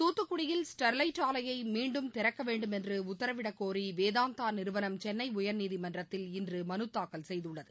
துத்துக்குடியில் ஸ்டெர்லைட் ஆலையை மீண்டும் திறக்க வேண்டுமென்று உத்தரவிடக் கோரி வேதாந்த நிறுவனம் சென்னை உயர்நீதிமன்றத்தில் இன்று மனு தாக்கல் செய்துள்ளது